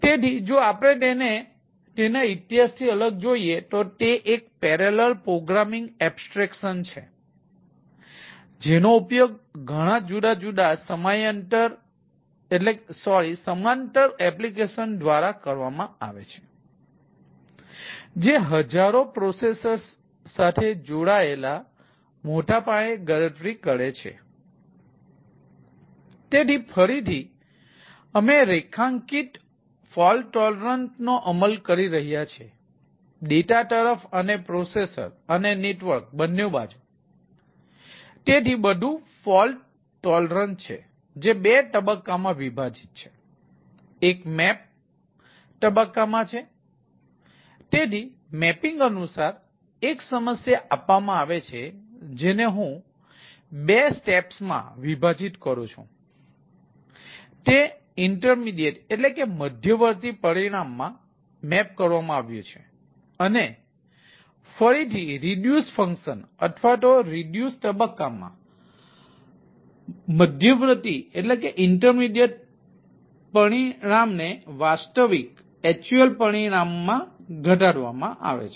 તેથી જો આપણે તેને તેના ઇતિહાસથી અલગ જોઈએ તો તે એક પેરેલલ પ્રોગ્રામિંગ એબસ્ટ્રેક્શન પરિણામો માં ઘટાડવામાં આવે છે